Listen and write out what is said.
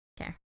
Okay